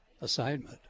assignment